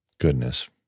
Goodness